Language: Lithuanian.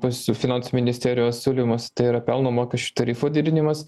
pasiu finansų ministerijos siūlymas tai yra pelno mokesčių tarifų didinimas